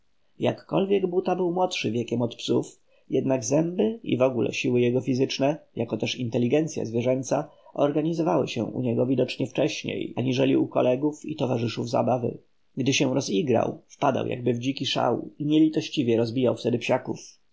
jakkolwiek buta był młodszy wiekiem od psów jednak zęby i wogóle siły jego fizyczne jako też inteligencya zwierzęca organizowały się u niego widocznie wcześniej aniżeli u kolegów i towarzyszów zabawy gdy się rozigrał wpadał jakby w dziki szał i nielitościwie rozbijał wtedy psiaków